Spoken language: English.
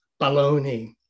baloney